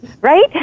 Right